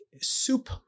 soup